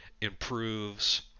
improves